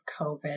COVID